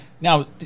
Now